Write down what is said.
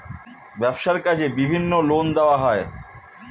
ব্যবসার কাজে বিভিন্ন লোন দেওয়া হয়